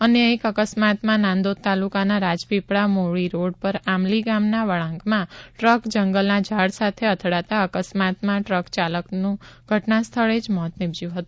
અન્ય એક અકસ્માતમાં નાંદોદ તાલુકાના રાજપીપળા મુળી રોડ પર આમલી ગામના વળાંકમાં ટ્રક જંગલના ઝાડ સાથે અથડાતા અકસ્માતમાં ટ્રક ચાલકનું ઘટના સ્થળે જ મોત નીપજ્યું છે